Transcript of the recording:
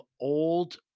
old